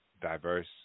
diverse